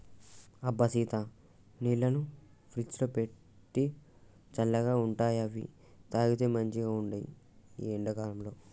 అబ్బ సీత నీళ్లను ఫ్రిజ్లో పెట్టు చల్లగా ఉంటాయిఅవి తాగితే మంచిగ ఉంటాయి ఈ ఎండా కాలంలో